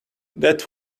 that